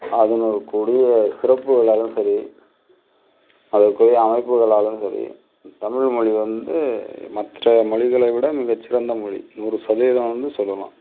அதனோடு கூடிய சிறப்புகளாலும் சரி அதற்குரிய அமைப்புகளாலும் சரி தமிழ்மொழி வந்து மற்ற மொழிகளை விட மிக சிறந்த மொழி நூறு சதவீதம் வந்து சொல்லலாம்